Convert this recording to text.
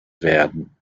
werden